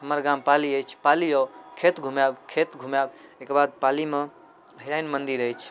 हमर गाम पाली अछि पाली आउ खेत घुमाएब खेत घुमाएब एहिके बाद पालीमे अहिरैन मन्दिर अछि